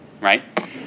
Right